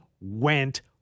went